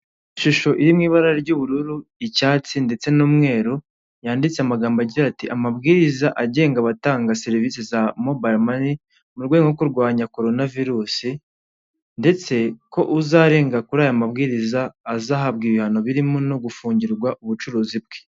Ishusho iri mu ibara ry'ubururu, icyatsi ndetse n'umweru; yanditse amagambo agira ati amabwiriza agenga abatanga serivisi za mobile money, mu rwego rwo kurwanya coronavirus ndetse ko uzarenga kuri aya mabwiriza azahabwa ibihano birimo no gufungirwa ubucuruzi bwe.